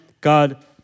God